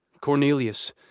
Cornelius